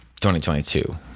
2022